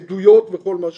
עדויות וכל מה שקשור,